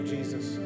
Jesus